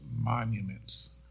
monuments